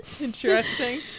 Interesting